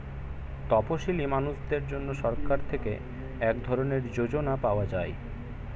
তপসীলি মানুষদের জন্য সরকার থেকে এক ধরনের যোজনা পাওয়া যায়